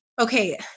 Okay